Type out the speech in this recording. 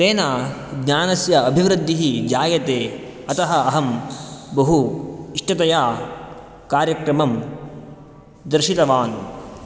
तेन ज्ञानस्याभिवृद्धिः जायते अतः अहं बहु इष्टतया कार्यक्रमं दर्शितवान्